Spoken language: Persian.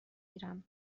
گیرم